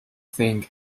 thing